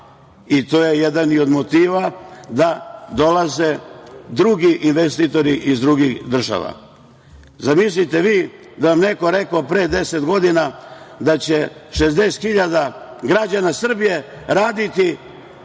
To je jedan od motiva da dolaze drugi investitori iz drugih država. Zamislite vi da nam je neko rekao pre 10 godina da će 60.000 građana Srbije raditi